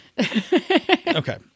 Okay